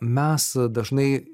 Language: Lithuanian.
mes dažnai